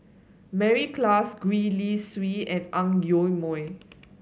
Mary Klass Gwee Li Sui and Ang Yoke Mooi